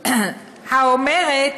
האומרת